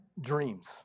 dreams